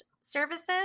services